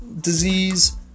disease